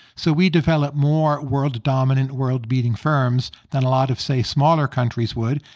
so we develop more world-dominant, world-beating firms than a lot of, say, smaller countries would,